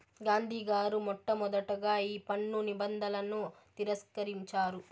గాంధీ గారు మొట్టమొదటగా ఈ పన్ను నిబంధనలను తిరస్కరించారు